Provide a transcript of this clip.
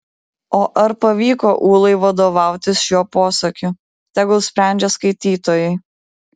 o ar pavyko ūlai vadovautis šiuo posakiu tegul sprendžia skaitytojai